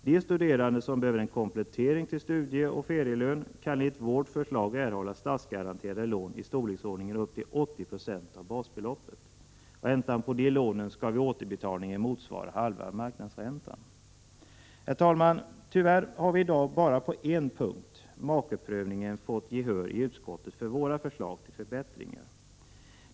De studerande som behöver en komplettering till studieoch ferielön kan enligt vårt förslag erhålla statsgaranterade lån upp till 80 96 av basbeloppet. Räntan på de lånen skall vid återbetalningen motsvara halva marknadsräntan. Herr talman! Tyvärr har vi i dag bara i fråga om en punkt — äktamakeprövningen — fått gehör i utskottet för våra förslag till förbättringar.